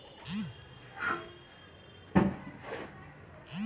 would বা কাঠ আমরা গাছের ডাল থেকেও পেয়ে থাকি